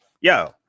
Yo